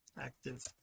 active